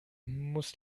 muss